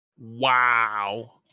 wow